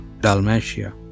Dalmatia